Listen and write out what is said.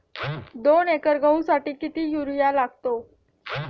दोन एकर गहूसाठी किती युरिया लागतो?